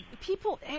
People